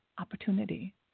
opportunity